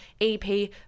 EP